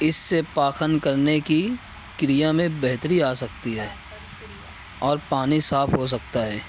اس سے پاکھن کرنے کی کریا میں بہتری آ سکتی ہے اور پانی صاف ہو سکتا ہے